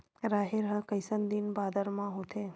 राहेर ह कइसन दिन बादर म होथे?